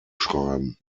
schreiben